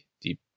deep